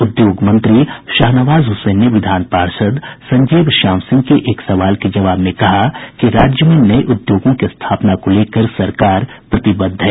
उद्योग मंत्री शाहनवाज हुसैन ने विधान पार्षद् संजीव श्याम सिंह के एक सवाल के जवाब में कहा कि राज्य में नये उद्योगों की स्थापना को लेकर सरकार प्रतिबद्ध है